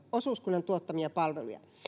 osuuskunnan tuottamaan palveluja